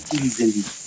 easily